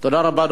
תודה רבה.